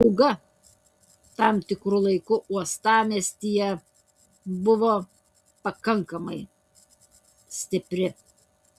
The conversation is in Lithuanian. pūga tam tikru laiku uostamiestyje buvo pakankamai stipri